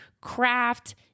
craft